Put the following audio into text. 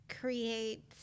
create